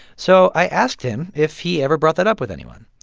so i asked him if he ever brought that up with anyone.